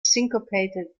syncopated